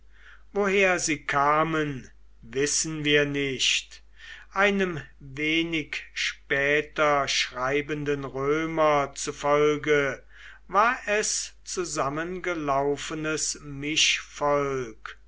woher sie kamen wissen wir nicht einem wenig später schreibenden römer zufolge war es zusammengelaufenes